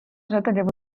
жителів